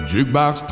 Jukebox